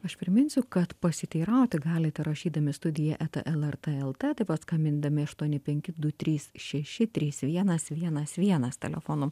aš priminsiu kad pasiteirauti galite rašydami studija eta lrt lt taip pat skambindami aštuoni penki du trys šeši trys vienas vienas vienas telefonu